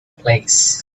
place